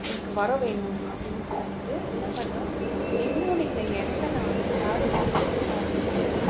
எனக்கு வரம் வேணும் அப்படின்னு சொல்லிவிட்டு என்ன பண்ணுறான் என்னோட இந்த இறந்த நாளை யாரும் மறக்கக்கூடாதுன்ட்டு